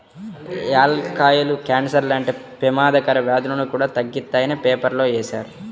యాలుక్కాయాలు కాన్సర్ లాంటి పెమాదకర వ్యాధులను కూడా తగ్గిత్తాయని పేపర్లో వేశారు